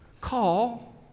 Call